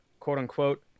quote-unquote